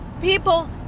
People